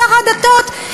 שר הדתות?